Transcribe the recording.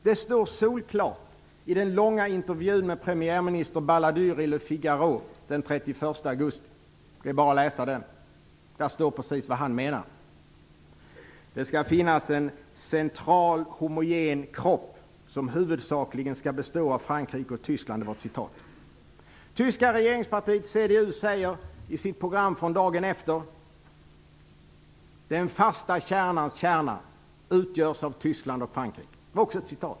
Det står solklart i den långa intervjun med premiärminister Balladur i Le Figaro den 31 augusti. Det är bara att läsa den. Där står precis vad han menar. Det skall finnas en central homogen kropp, som huvudsakligen skall bestå av Det tyska regeringspartiet CDU säger i sitt program från dagen efter: Den fasta kärnans kärna utgörs av Tyskland och Frankrike.